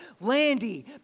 Landy